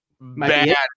bad